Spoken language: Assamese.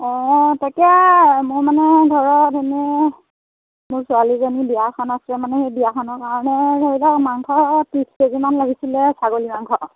অঁ তেতিয়া মই মানে ধৰক এনেই মোৰ ছোৱালীজনীৰ বিয়া এখন আছে মানে বিয়াখনৰ কাৰণে ধৰি লওক মাংস ত্ৰিছ কে জিমান লাগিছিলে ছাগলী মাংস